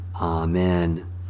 Amen